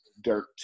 dirt